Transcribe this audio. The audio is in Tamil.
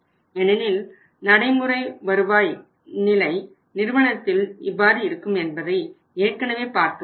ஏனெனில் நடைமுறை வருவாய் நிலை நிறுவனத்தில் இவ்வாறு இருக்கும் என்பதை ஏற்கனவே பார்த்துள்ளோம்